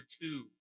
two